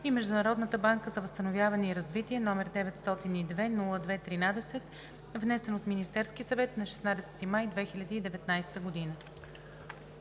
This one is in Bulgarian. и Международната банка за възстановяване и развитие, № 902-02-13, внесен от Министерския съвет нa 16 май 2019 г.“